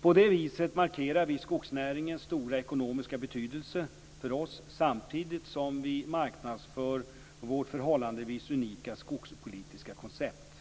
På det viset markerar vi skogsnäringens stora ekonomiska betydelse för oss samtidigt som vi marknadsför vårt förhållandevis unika skogspolitiska koncept.